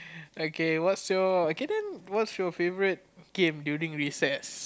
okay what's your okay then what's your favourite game during recess